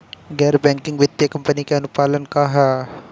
गैर बैंकिंग वित्तीय कंपनी के अनुपालन का ह?